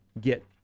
get